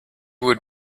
would